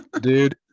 dude